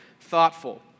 thoughtful